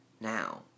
now